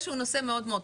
הוא התחיל היום חיובי.